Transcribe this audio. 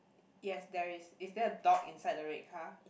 yes there is is there a dog inside the red car